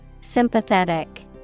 Sympathetic